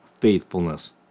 faithfulness